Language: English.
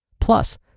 Plus